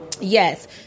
Yes